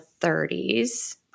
30s